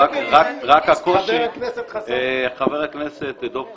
חבר הכנסת דב חנין,